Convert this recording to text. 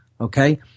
Okay